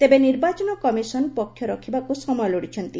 ତେବେ ନିର୍ବାଚନ କମିଶନ ପକ୍ଷ ରଖିବାକୁ ସମୟ ଲୋଡ଼ିଛନ୍ତି